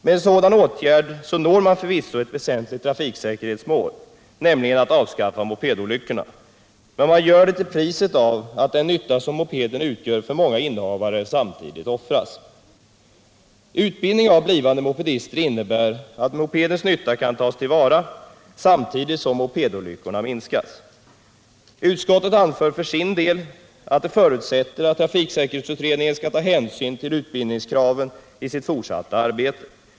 Med en sådan åtgärd når man förvisso ett väsentligt trafiksäkerhetsmål, nämligen att avskaffa mopedolyckorna. Men man gör det till priset av att den nytta som mopeden utgör för många innehavare samtidigt offras. Utbildning av blivande mopedister innebär att mopedens nytta kan tas till vara samtidigt som mopedolyckorna minskas. Utskottet anför för sin del att det förutsätter att trafiksäkerhetsutredningen skall ta hänsyn till utbildningskraven i sitt fortsatta arbete.